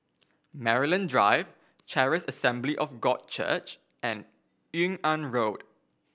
Maryland Drive Charis Assembly of God Church and Yung An Road